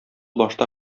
башта